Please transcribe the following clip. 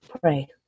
Pray